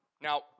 Now